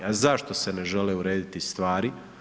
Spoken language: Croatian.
A zašto se ne žele urediti stvari?